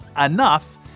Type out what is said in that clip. enough